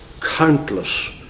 countless